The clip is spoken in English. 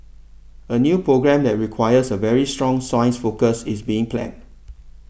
a new programme that requires a very strong science focus is being planned